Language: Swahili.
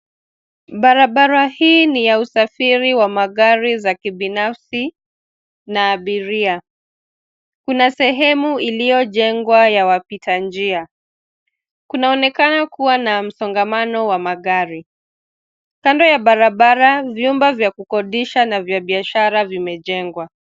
Barabara hii ni ya usafiri wa magari za kibinafsi na abiria. Kuna sehemu iliyojengwa ya wapita njia. Kunaonekana kuwa na msongamano wa magari. Kando ya barabara, vyumba vya kukodisha na vya biashara vimejengwa.